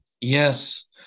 Yes